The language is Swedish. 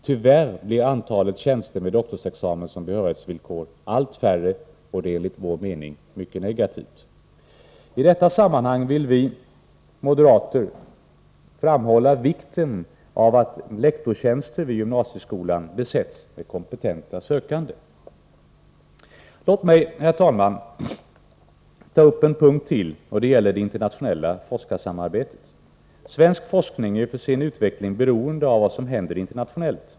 Tyvärr blir antalet tjänster med doktorsexamen som behörighetsvillkor allt färre, och det är enligt vår mening mycket negativt. I detta sammanhang vill vi moderater framhålla vikten av att lektorstjänster vid gymnasieskolan besätts med kompetenta sökande. Låt mig, herr talman, ta upp en punkt till. Det gäller det internationella forskarsamarbetet. Svensk forskning är ju för sin utveckling beroende av vad som händer internationellt.